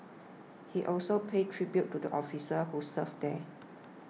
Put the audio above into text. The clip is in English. he also paid tribute to the officers who served there